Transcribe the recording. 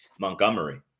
Montgomery